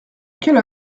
quelle